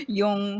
yung